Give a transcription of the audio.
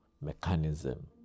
mechanism